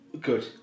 good